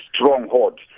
stronghold